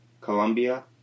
Colombia